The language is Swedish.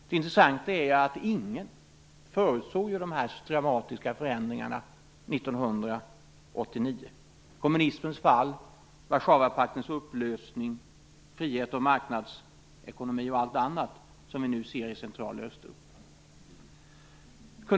Det intressanta är att ingen förutsåg dessa dramatiska förändringar 1989 - kommunismens fall, Warszawapaktens upplösning, frihet och marknadsekonomi och allt annat som vi nu ser i Centraloch Östeuropa.